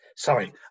Sorry